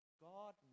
God